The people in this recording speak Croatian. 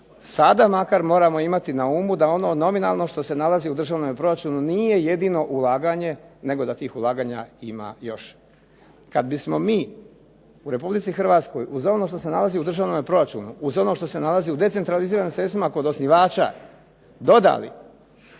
sada makar moramo imati na umu da ono nominalno što se nalazi u državnom proračunu nije jedino ulaganje nego da tih ulaganja ima još. Kad bismo mi u Republici Hrvatskoj uz ono što se nalazi u državnom proračunu, uz ono što se nalazi u decentraliziranim sredstvima kod osnivača dodali